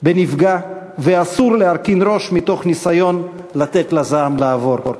בנפגע, ואסור להרכין ראש בניסיון לתת לזעם לעבור.